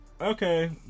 Okay